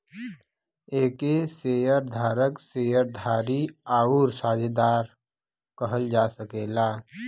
एके शेअर धारक, शेअर धारी आउर साझेदार कहल जा सकेला